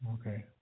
Okay